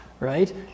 Right